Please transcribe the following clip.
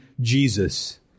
Jesus